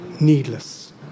needless